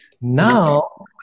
Now